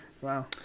Wow